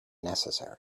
necessary